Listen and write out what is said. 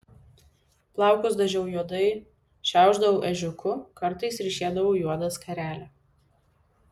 plaukus dažiau juodai šiaušdavau ežiuku kartais ryšėdavau juodą skarelę